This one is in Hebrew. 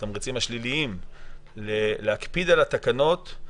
התמריצים השליליים להקפיד על התקנות,